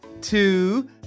two